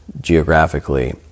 geographically